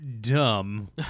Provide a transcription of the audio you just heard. dumb